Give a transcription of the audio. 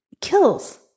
kills